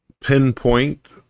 pinpoint